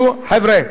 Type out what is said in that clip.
חבר'ה,